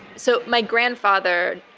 so my grandfather,